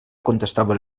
contestava